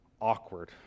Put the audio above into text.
awkward